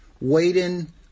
Waiting